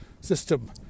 system